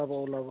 হ'ব ওলাব